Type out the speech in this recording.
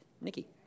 Nikki